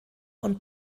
und